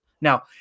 Now